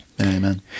amen